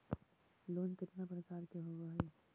Loan केतना प्रकार के होव हइ?